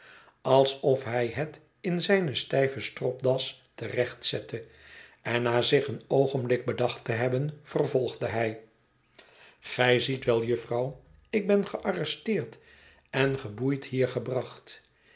alsof hij het in zijne stijve stropdas te recht zette en na zich een oogenblik bedacht te hebben vervolgde hij gij ziet wel jufvrouw ik ben gearresteerd en geboeid hier gebracht